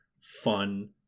fun